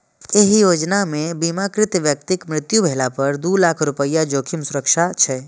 एहि योजना मे बीमाकृत व्यक्तिक मृत्यु भेला पर दू लाख रुपैया जोखिम सुरक्षा छै